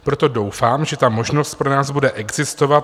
Proto doufám, že ta možnost pro nás bude existovat.